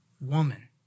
woman